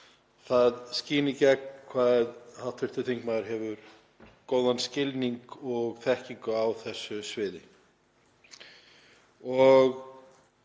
Það skín í gegn að hv. þingmaður hefur góðan skilning og þekkingu á þessu sviði.